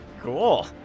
Cool